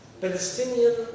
Palestinian